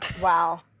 Wow